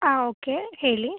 ಆಂ okay ಹೇಳಿ